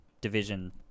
division